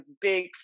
big